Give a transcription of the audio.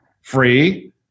free